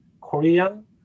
Korean